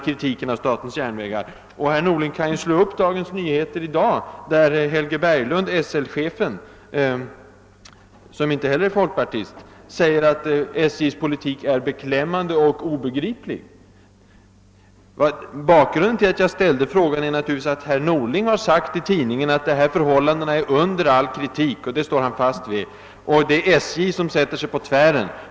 Herr Norling kan också slå upp Dagens Nyheter i dag och läsa hur SL chefen Helge Berglund, som inte heller är folkpartist, säger att SJ:s politik är beklämmande och obegriplig. Bakgrunden till att jag ställde frågan är naturligtvis att herr Norling har sagt i tidningen att förhållandena är under all kritik, att han står fast vid det och att det är SJ som sätter sig på tvären.